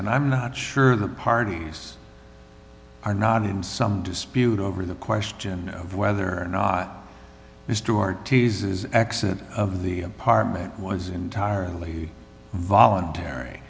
and i'm not sure the parties are not in some dispute over the question of whether or not the store teases exit of the apartment was entirely voluntary